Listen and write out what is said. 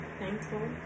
thankful